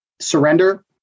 surrender